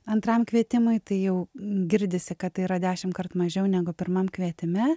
antram kvietimui tai jau girdisi kad tai yra dešimtkart mažiau negu pirmam kvietime